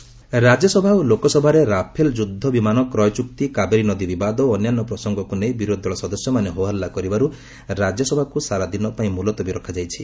parliament adjourn Rajya Sabha ଓ ଲୋକସଭାରେ Rafale ଯୁଦ୍ଧ ବିମାନ କ୍ରୟ ଚୁକ୍ତି କାବେରୀ ନଦୀ ବିବାଦ ଓ ଅନ୍ୟାନ୍ୟ ପ୍ରସଙ୍ଗକୁ ନେଇ ବିରୋଧୀଦଳ ସଦସ୍ୟମାନେ ହୋହଲ୍ଲା କରିବାରୁ ରାଜ୍ୟସଭାକୁ ସାରାଦିନ ପାଇଁ ମୁଲତବୀ ରଖାଯାଇଛି